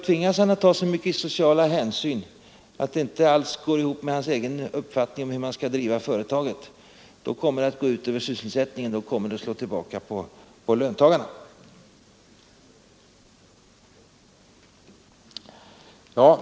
Tvingas arbetsgivaren till så mycket socialt hänsynstagande att det inte går ihop med hans egen uppfattning om hur man skall driva företaget, så kommer det att gå ut över sysselsättningen och slå tillbaka på löntagarna.